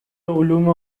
علوم